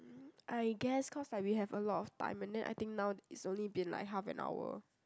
I guess cause like we have a lot of time and then I think now it's only been like half an hour